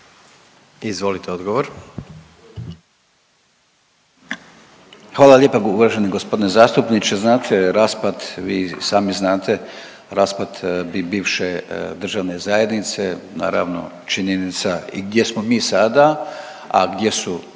Gordan (HDZ)** Hvala lijepo uvaženi g. zastupniče. Znate, raspad, vi sami znate, raspad bivše državne zajednice, naravno, činjenica i gdje smo mi sada, a gdje su